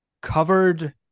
covered